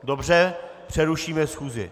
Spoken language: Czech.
Dobře, přerušíme schůzi.